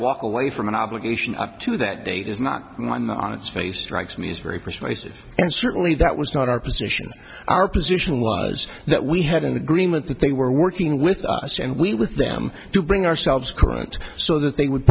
walk away from an obligation up to that date is not on its face strikes me as very persuasive and certainly that was not our position our position was that we had in the green light that they were working with us and we with them to bring ourselves current so that they would